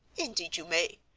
indeed you may,